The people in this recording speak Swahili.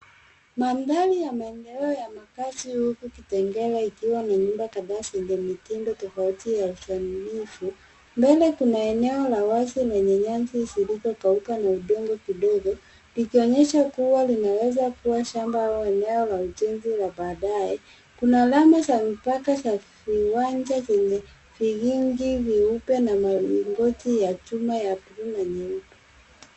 Mandhari ya maendeleo ya makazi huku Kitengela ikiwa ni nyumba kadhaa zenye mitindo tofauti ya usanifu. Mbele kuna eneo la wazi lenye nyasi zilizokauka na udongo kidogo, likionyesha kuwa linaweza kuwa shamba au eneo la ujenzi la baadaye. Kuna alama za mipaka za viwanja zenye vikingi vyeupe na milingoti ya chuma ya bluu na nyeupe.